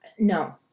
No